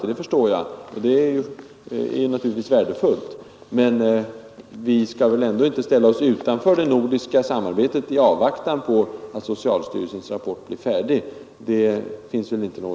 Det är naturligtvis värdefullt, men vi skall väl ändå inte ställa oss utanför det nordiska samarbetet i avvaktan på att socialstyrelsens rapport blir färdig?